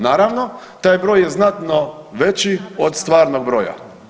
Naravno, taj broj je znatno veći od stvarnog broja.